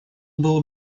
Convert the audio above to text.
было